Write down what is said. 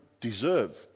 deserve